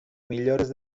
millores